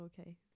okay